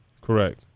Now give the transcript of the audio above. Correct